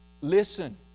Listen